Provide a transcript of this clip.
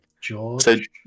George